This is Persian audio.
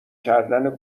کردن